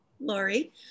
Lori